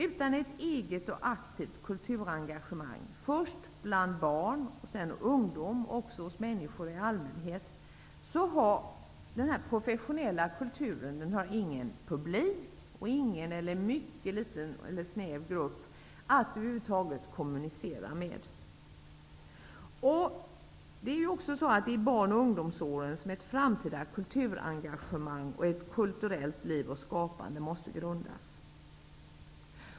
Utan ett eget och aktivt kulturengagemang hos barn och ungdom, och också hos människor i allmänhet, har den professionella kulturen ingen publik och över huvud taget ingen, eller en mycket snäv grupp, att kommunicera med. Det är i barn och ungdomsåren som ett framtida kulturengagemang, ett kulturellt liv och skapande, måste grundas.